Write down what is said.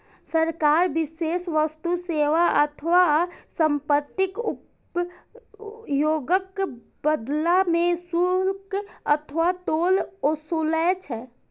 सरकार विशेष वस्तु, सेवा अथवा संपत्तिक उपयोगक बदला मे शुल्क अथवा टोल ओसूलै छै